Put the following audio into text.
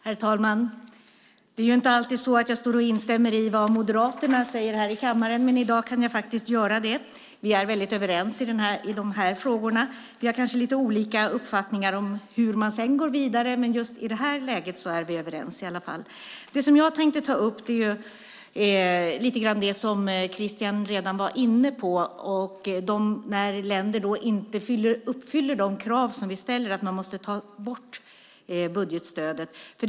Herr talman! Det är inte alltid så att jag instämmer i vad Moderaterna säger här i kammaren, men i dag kan jag göra det. Vi är väldigt överens i de här frågorna. Vi har kanske lite olika uppfattningar om hur man sedan går vidare, men just i det här läget är vi överens. Det som jag tänkte ta upp är lite grann det som Christian Holm var inne på, och det är att man måste ta bort budgetstödet när länder inte uppfyller de krav som vi ställer.